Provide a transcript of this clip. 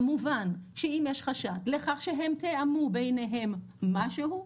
כמובן שאם יש חשד לכך שהם תיאמו ביניהם משהו,